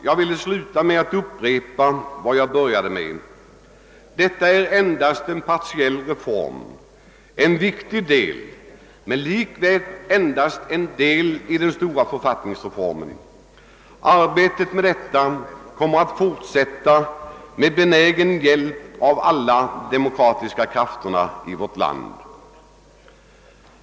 Jag vill sluta med att upprepa vad jag sade i början. Detta är endast en partiell reform, en viktig del men likväl endast en del av den stora författningsreformen. Arbetet på denna kommer att fortsätta med benägen hjälp av alla demokratiska krafter i vårt land.